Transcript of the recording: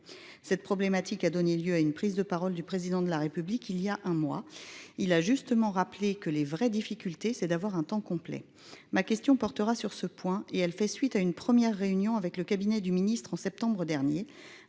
Cette problématique a donné lieu à une prise de parole du président de la République il y a un mois. Il a justement rappelé que les vraies difficultés c'est d'avoir un temps complet. Ma question portera sur ce point et elle fait suite à une première réunion avec le cabinet du ministre en septembre dernier